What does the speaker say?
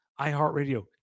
iHeartRadio